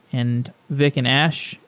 and vic and ash,